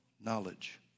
knowledge